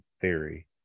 Theory